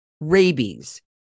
rabies